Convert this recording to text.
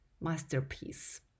Masterpiece